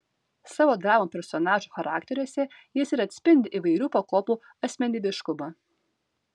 savo dramų personažų charakteriuose jis ir atspindi įvairių pakopų asmenybiškumą